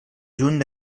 juny